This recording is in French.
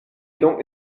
donc